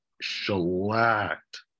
shellacked